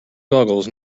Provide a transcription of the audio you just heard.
googles